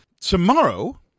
Tomorrow